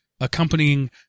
accompanying